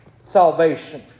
salvation